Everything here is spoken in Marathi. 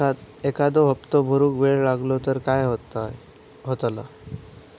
एखादो हप्तो भरुक वेळ लागलो तर काय होतला?